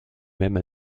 même